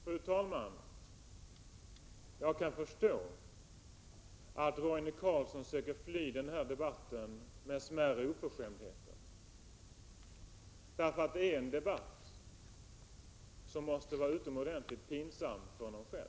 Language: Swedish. Fru talman! Jag kan förstå att Roine Carlsson söker fly den här debatten genom smärre oförskämdheter. Det är ju en debatt som måste vara utomordentligt pinsam för honom själv.